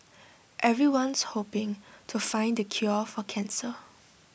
everyone's hoping to find the cure for cancer